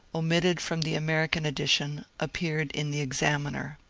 omitted from the american edition, appeared in the examiner.